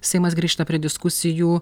seimas grįžta prie diskusijų